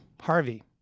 Harvey